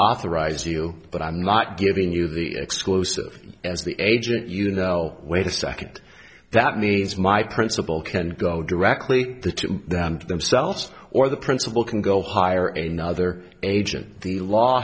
authorize you but i'm not giving you the exclusive as the agent you know wait a second that needs my principal can go directly to to themselves or the principal can go higher and other agent the law